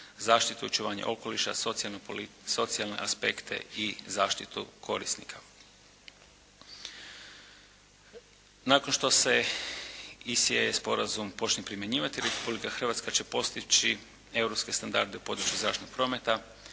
zaštitu i očuvanje okoliša, socijalne aspekte i zaštitu korisnika. Nakon što se «ACEE» sporazum počne primjenjivati Republika Hrvatska će postići europske standarde u području zračnog prometa